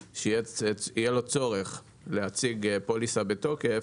הוא יצטרך להציג פוליסה בתוקף.